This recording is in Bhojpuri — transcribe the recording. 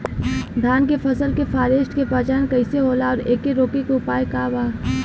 धान के फसल के फारेस्ट के पहचान कइसे होला और एके रोके के उपाय का बा?